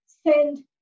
send